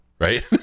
Right